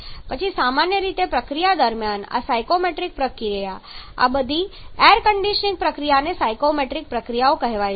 પછી સામાન્ય રીતે પ્રક્રિયા દરમિયાન આ સાયકોમેટ્રિક પ્રક્રિયા આ બધી એર કન્ડીશનીંગ પ્રક્રિયાને સાયક્રોમેટ્રિક પ્રક્રિયાઓ કહેવાય છે